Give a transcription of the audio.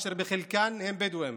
אשר בחלקן עיש בדואים.